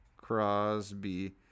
Crosby